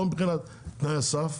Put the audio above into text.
לא מבחינת תנאי הסף,